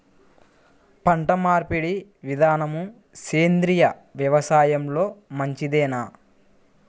పంటమార్పిడి విధానము సేంద్రియ వ్యవసాయంలో మంచిదేనా?